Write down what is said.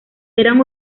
eran